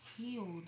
healed